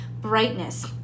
brightness